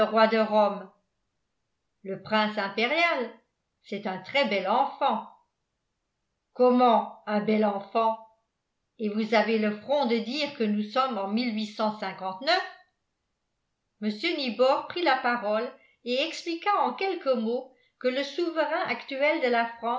roi de rome le prince impérial c'est un très bel enfant comment un bel enfant et vous avez le front de dire que nous sommes en mr nibor prit la parole et expliqua en quelques mots que le souverain actuel de la